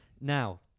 Now